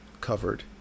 covered